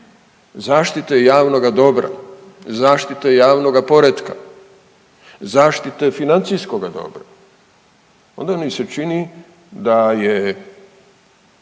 zaštite javnoga dobra, zaštite javnoga poretka, zaštite financijskoga dobra onda mi se čini da je